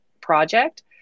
project